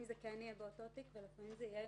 זה יהיה באותו תיק ולפעמים זה יהיה